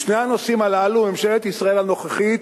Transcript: בשני הנושאים הללו ממשלת ישראל הנוכחית,